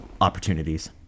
opportunities